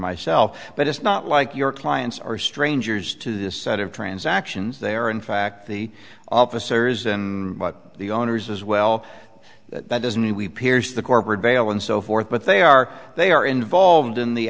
myself but it's not like your clients are strangers to this set of transactions they are in fact the officers and the owners as well that doesn't mean we pierce the corporate veil and so forth but they are they are involved in the